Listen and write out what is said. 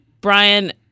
Brian